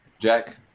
Jack